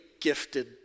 gifted